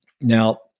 Now